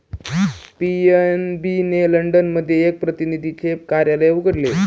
PNB ने London मध्ये एक प्रतिनिधीचे कार्यालय उघडले